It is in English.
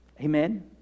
Amen